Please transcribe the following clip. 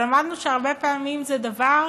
אבל למדנו שהרבה פעמים זה דבר